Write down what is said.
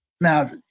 Now